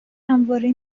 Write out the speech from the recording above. همواره